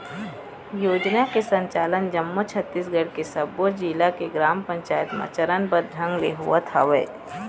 योजना के संचालन जम्मो छत्तीसगढ़ के सब्बो जिला के ग्राम पंचायत म चरनबद्ध ढंग ले होवत हवय